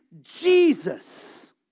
Jesus